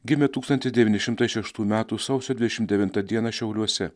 gimė tūkstantis devyni šimtai šeštų metų sausio dvidešimt devintą dieną šiauliuose